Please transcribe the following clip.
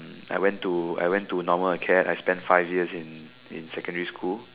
I went to I went to normal acad I spent like five years in secondary school